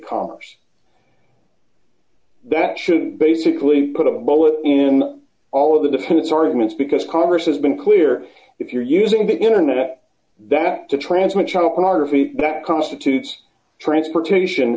commerce that should basically put a bullet in all of the defense arguments because congress has been clear if you're using the internet that to transmit child pornography that constitutes transportation